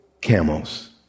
camels